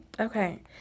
Okay